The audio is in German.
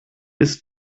ist